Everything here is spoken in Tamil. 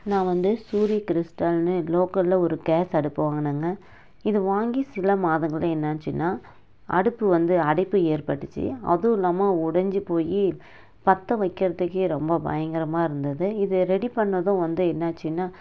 நான் வந்து சூரிய கிரிஸ்டல்னு லோக்கலில் ஒரு கேஸ் அடுப்பு வாங்கினேங்க இது வாங்கி சில மாதங்களில் என்னாச்சுன்னா அடுப்பு வந்து அடைப்பு ஏற்பட்டுச்சு அதுவும் இல்லாமல் உடஞ்சி போய் பற்ற வைக்கிறதுக்கே ரொம்ப பயங்கரமாக இருந்தது இது ரெடி பண்ணதும் வந்து என்னாச்சுன்னா